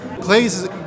clays